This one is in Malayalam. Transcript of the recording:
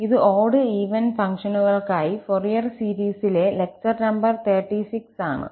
ഇത് ഓട്ഈവൻ ഫംഗ്ഷനുകൾക്കായി ഫോറിയർ സീരീസിലെ ലക്ചർ നമ്പർ 36 ആണ്